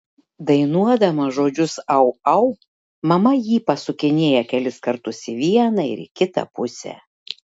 dainuodama žodžius au au mama jį pasukinėja kelis kartus į vieną ir į kitą pusę